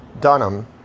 dunham